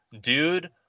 dude